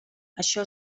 això